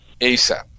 ASAP